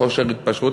חוסר ההתפשרות,